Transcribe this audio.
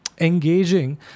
engaging